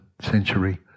century